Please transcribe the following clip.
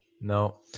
No